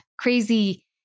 crazy